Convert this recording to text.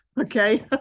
Okay